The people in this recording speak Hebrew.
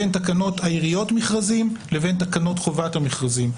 בין תקנות העיריות (מכרזים) לבין תקנות חובת המכרזים.